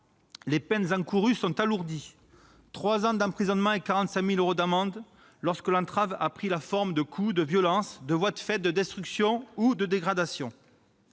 les peines encourues sont alourdies- trois ans d'emprisonnement et 45 000 euros d'amende -lorsque l'entrave a pris la forme de coups, de violences, de voies de fait, de destructions ou de dégradations.